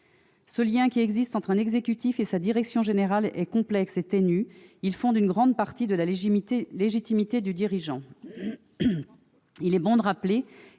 Ce lien qui existe entre un exécutif et sa direction générale est complexe et ténu, il fonde une grande partie de la légitimité du dirigeant. Il est bon de rappeler